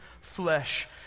flesh